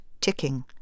ticking